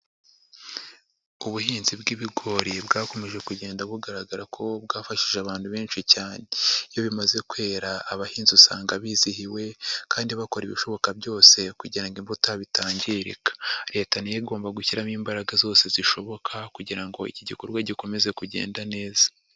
Ubuhinzi bw'ibigori bwakomeje kugenda bugaragara ko bwafashije abantu benshi cyane. Iyo bimaze kwera, abahinzi usanga bizihiwe kandi bakora ibishoboka byose kugira ngo imbuto yabo itangirika. Leta ni yo igomba gushyiramo imbaraga zose zishoboka kugira ngo iki gikorwa gikomeze kugenda neza.